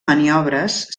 maniobres